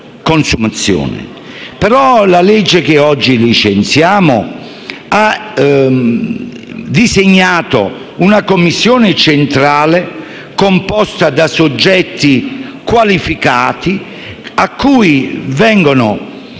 la legge oggi licenziamo ha disegnato una commissione centrale, composta da soggetti qualificati, cui vengono